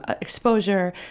exposure